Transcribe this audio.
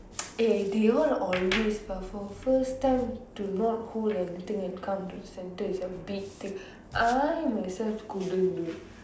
eh they all always but for first time to not hold anything and come to the centre is a big thing I myself couldn't do